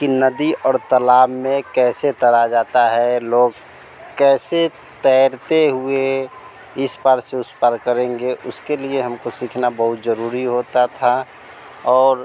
कि नदी और तलाब में कैसे तैरा जाता है लोग कैसे तैरते हुए इस पार से उस पार करेंगे उसके लिए हमको सिखना बहुत ज़रूरी होता था और